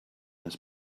his